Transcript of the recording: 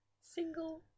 Single